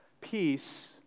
peace